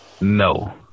no